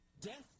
death